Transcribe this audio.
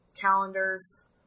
calendars